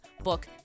book